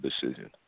decision